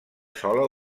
sola